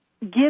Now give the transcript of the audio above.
give